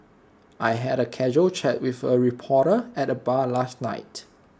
I had A casual chat with A reporter at the bar last night